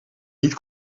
niet